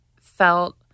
felt